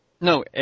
No